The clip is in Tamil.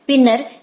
பின்னர் பி